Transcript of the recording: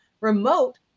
remote